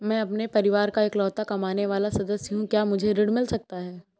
मैं अपने परिवार का इकलौता कमाने वाला सदस्य हूँ क्या मुझे ऋण मिल सकता है?